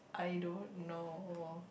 I don't know